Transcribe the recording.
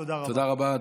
תודה רבה.